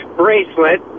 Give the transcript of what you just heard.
bracelet